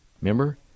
Remember